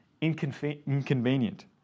inconvenient